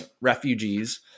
refugees